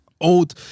old